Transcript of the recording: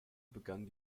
begannen